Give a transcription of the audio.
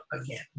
again